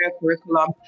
curriculum